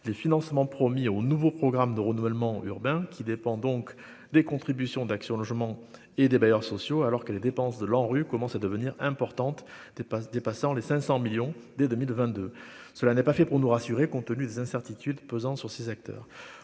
des financements promis au nouveau programme de renouvellement urbain, qui dépend donc des contributions d'Action Logement et des bailleurs sociaux, alors que les dépenses de l'ANRU commence à devenir importante dépasse dépassant les 500 millions dès 2022, cela n'est pas fait pour nous rassurer, compte tenu des incertitudes pesant sur ces acteurs,